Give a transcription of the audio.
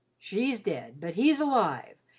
she's dead, but he's alive,